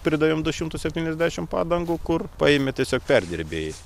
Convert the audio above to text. pridavėm du šimtus septyniasdešim padangų kur paėmė tiesiog perdirbėjai